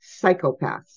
psychopaths